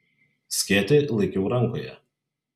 skėtį laikiau rankoje